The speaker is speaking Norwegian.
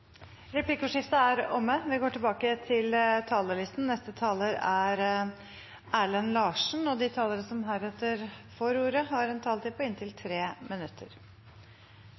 Replikkordskiftet er omme. De talerne som heretter får ordet, har en taletid på inntil